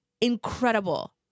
incredible